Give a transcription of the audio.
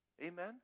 Amen